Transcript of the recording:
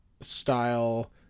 style